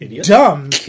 dumb